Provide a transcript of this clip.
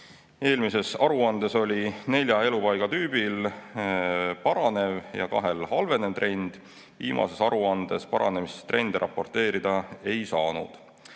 Eelmises aruandes oli neljal elupaigatüübil paranev ja kahel halvenev trend. Viimases aruandes paranemistrende raporteerida ei saanud.